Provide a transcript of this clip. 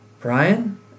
Brian